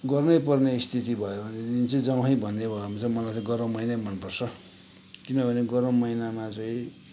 गर्नैपर्ने स्थिति भयो भने चाहिँ जाउँ है भन्ने भयो भने चाहिँ मलाई चाहिँ गरम महिनै मनपर्छ किनभने गरम महिनामा चाहिँ